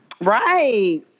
Right